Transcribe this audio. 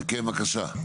כן, בבקשה.